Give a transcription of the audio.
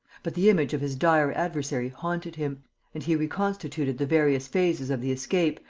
but the image of his dire adversary haunted him and he reconstituted the various phases of the escape,